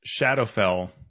Shadowfell